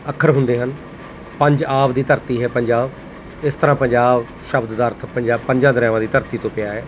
ਅੱਖਰ ਹੁੰਦੇ ਹਨ ਪੰਜ ਆਬ ਦੀ ਧਰਤੀ ਹੈ ਪੰਜਾਬ ਇਸ ਤਰ੍ਹਾਂ ਪੰਜਾਬ ਸ਼ਬਦ ਦਾ ਅਰਥ ਪੰਜਾਂ ਪੰਜਾਂ ਦਰਿਆਵਾਂ ਦੀ ਧਰਤੀ ਤੋਂ ਪਿਆ ਹੈ